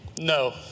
No